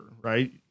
right